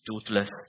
toothless